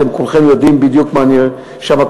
אתם כולכם יודעים בדיוק מה אני שם,